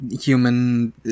human